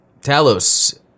Talos